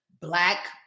Black